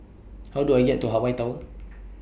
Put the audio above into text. How Do I get to Hawaii Tower